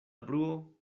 bruo